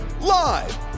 live